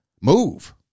move